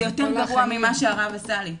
זה יותר גרוע ממה שהרב עשה לי.